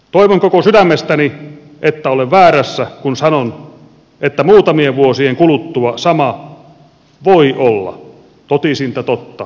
toivon koko sydämestäni että olen väärässä kun sanon että muutamien vuosien kuluttua sama voi olla totisinta totta myös meillä